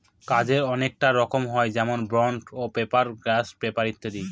কাগজের অনেককটা রকম হয় যেমন বন্ড পেপার, গ্লাস পেপার ইত্যাদি